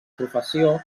professió